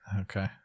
okay